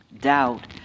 Doubt